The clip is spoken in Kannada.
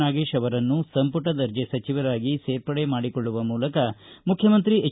ನಾಗೇಶ್ ಅವರನ್ನು ಸಂಪುಟ ದರ್ಜೆ ಸಚಿವರಾಗಿ ಸೇರ್ಪಡೆ ಮಾಡಿಕೊಳ್ಳುವ ಮೂಲಕ ಮುಖ್ಯಮಂತ್ರಿ ಎಚ್